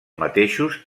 mateixos